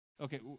Okay